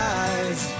eyes